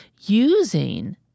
using